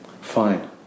Fine